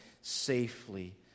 safely